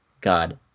god